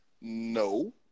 No